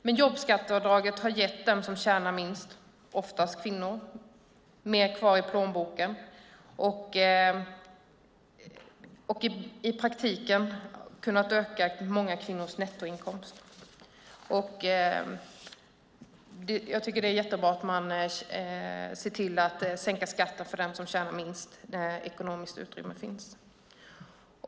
Men jobbskatteavdraget har gett dem som tjänar minst, oftast kvinnor, mer kvar i plånboken och har i praktiken kunnat öka många kvinnors nettoinkomst. Jag tycker att det är jättebra att man ser till att sänka skatten för dem som tjänar minst när ekonomiskt utrymme finns.